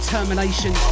Termination